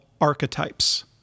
archetypes